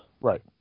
Right